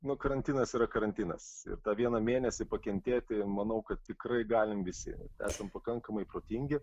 na karantinas yra karantinas ir tą vieną mėnesį pakentėti manau kad tikrai galim visi esam pakankamai protingi